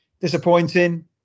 Disappointing